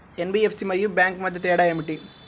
NBFC మరియు bank మధ్య తేడా ఏమిటీ?